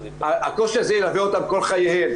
שהקושי הזה ילווה אותן כל חייהן.